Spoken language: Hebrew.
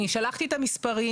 אני שלחתי את המספרים.